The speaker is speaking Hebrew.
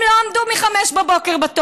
הם לא עמדו בתור מ-05:00, בבוקר.